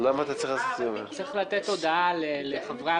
צריך לתת הודעה לחברי הוועדה.